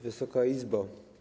Wysoka Izbo!